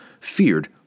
feared